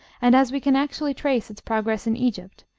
and as we can actually trace its progress in egypt,